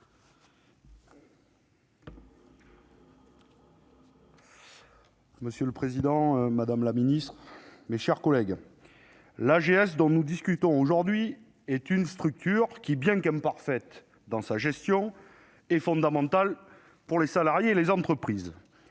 Monsieur le président, madame la ministre, mes chers collègues, l'AGS, dont nous discutons aujourd'hui, est une structure qui, bien qu'imparfaite dans sa gestion, est fondamentale pour les salariés et les entreprises.